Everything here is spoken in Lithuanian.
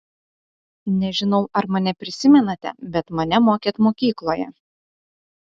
nežinau ar mane prisimenate bet mane mokėt mokykloje